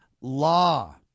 law